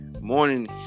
morning